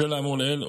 בשל האמור לעיל,